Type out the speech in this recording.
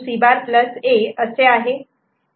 C' A असे आहे